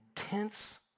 intense